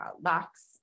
locks